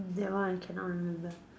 that one I cannot remember